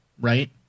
right